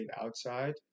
outside